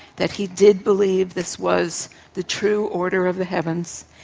that he did believe this was the true order of the heavens.